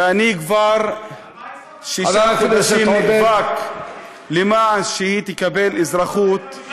ואני כבר שישה חודשים נאבק למען שהיא תקבל אזרחות,